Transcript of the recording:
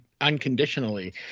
Unconditionally